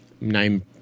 name